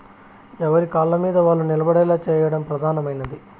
ఎవరి కాళ్ళమీద వాళ్ళు నిలబడేలా చేయడం ప్రధానమైనది